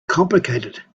complicated